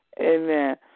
Amen